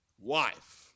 Wife